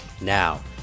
Now